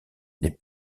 les